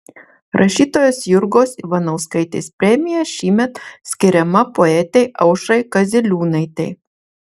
rašytojos jurgos ivanauskaitės premija šįmet skiriama poetei aušrai kaziliūnaitei